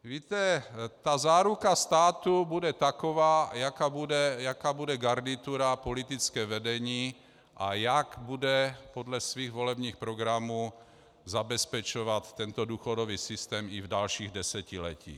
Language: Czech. Víte, ta záruka státu bude taková, jaká bude garnitura, politické vedení a jak bude podle svých volebních programů zabezpečovat tento důchodový systém i v dalších desetiletích.